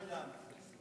תענה לנו, זה בסדר.